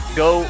go